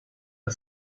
the